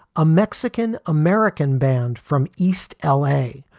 a mexican american band from east l a.